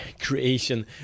creation